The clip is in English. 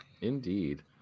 Indeed